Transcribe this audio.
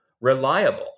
reliable